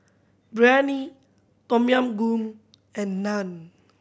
Biryani Tom Yam Goong and Naan